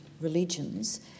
religions